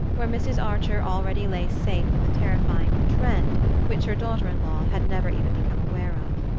where mrs. archer already lay safe from the terrifying trend which her daughter-in-law had never even become aware of.